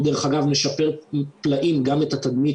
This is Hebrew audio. הוא דרך אגב משפר פלאים גם את התדמית